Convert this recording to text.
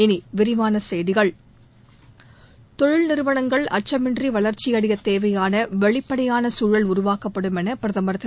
இனி விரிவான செய்திகள் தொழில் நிறுவனங்கள் அச்சமின்றி வளர்ச்சி அடையத் தேவையான வெளிப்படையான சூழல் உருவாக்கப்படும் என பிரதமர் திரு